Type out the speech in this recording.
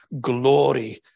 glory